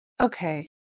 Okay